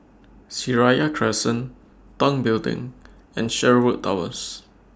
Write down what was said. Seraya Crescent Tong Building and Sherwood Towers